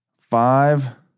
five